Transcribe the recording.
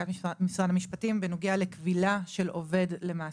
משרד המשפטים בנוגע לכבילה של עובד למעסיק.